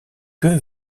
que